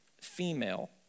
female